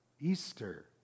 Easter